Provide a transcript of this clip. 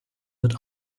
wird